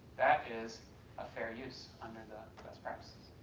that is a fair use under the best practices.